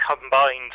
combined